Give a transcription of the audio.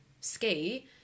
ski